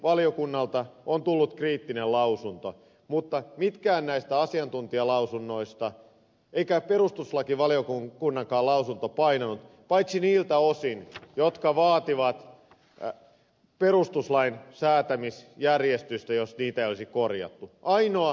perustuslakivaliokunnalta on tullut kriittinen lausunto mutta eivät mitkään näistä asiantuntijalausunnoista eikä perustuslakivaliokunnankaan lausunto painanut paitsi niiltä osin jotka vaativat perustuslain säätämisjärjestystä jos niitä ei olisi korjattu